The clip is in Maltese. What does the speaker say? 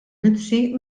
mizzi